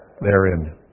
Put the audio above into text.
therein